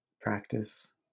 practice